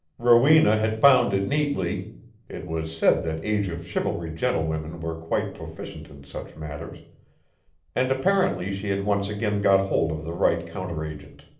rowena had bound it neatly it was said that age-of-chivalry gentlewomen were quite proficient in such matters and apparently she had once again got hold of the right counteragent.